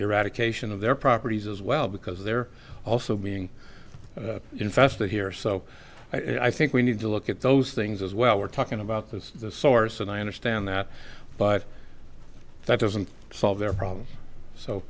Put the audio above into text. eradication of their properties as well because they're also being infested here so i think we need to look at those things as well we're talking about this source and i understand that but that doesn't solve their problems so